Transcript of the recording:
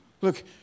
Look